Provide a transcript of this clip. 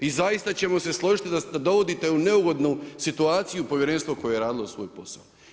I zaista ćemo se složiti da dovodite u neugodnu situaciju povjerenstvo koje je radilo svoj posao.